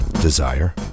desire